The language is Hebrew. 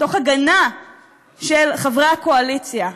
תוך הגנה של חברי הקואליציה.